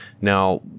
Now